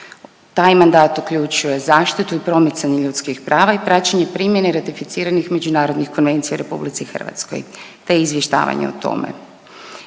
Taj mandat uključuje zaštitu i promicanje ljudskih prava i praćenje primjene ratificiranih međunarodnih konvencija u Republici Hrvatskoj, te izvještavanje o tome.